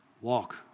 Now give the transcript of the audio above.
walk